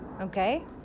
Okay